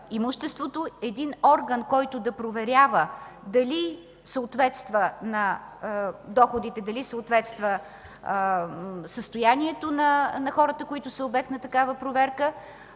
един орган, който да проверява дали съответства на доходите, дали съответства състоянието на хората, които са обект на такава проверка.